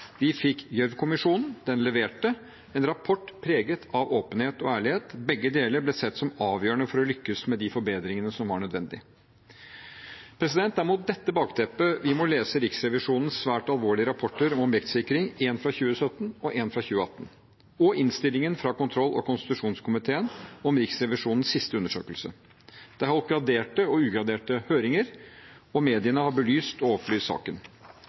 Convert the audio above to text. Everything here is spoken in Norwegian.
de forbedringene som var nødvendige. Det er mot dette bakteppet vi må lese Riksrevisjonens svært alvorlige rapporter om objektsikring, en fra 2017 og en fra 2018, og innstillingen fra kontroll- og konstitusjonskomiteen om Riksrevisjonens siste undersøkelse. Det er holdt graderte og ugraderte høringer. Mediene har belyst og opplyst saken.